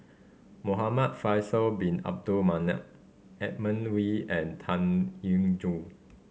Muhamad Faisal Bin Abdul Manap Edmund Wee and Tan Eng Joo